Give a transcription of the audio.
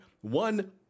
One